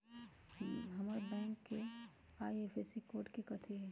हमर बैंक के IFSC code कथि हई?